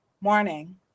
morning